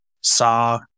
saw